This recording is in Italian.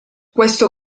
questo